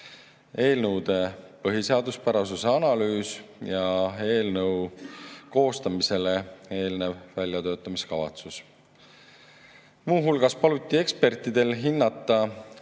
eelnõu põhiseaduspärasuse analüüs ja eelnõu koostamisele eelnev väljatöötamiskavatsus. Muu hulgas paluti ekspertidel hinnata